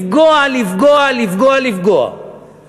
לפגוע, לפגוע, לפגוע, לפגוע.